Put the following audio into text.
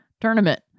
tournament